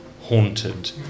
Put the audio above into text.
haunted